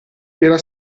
era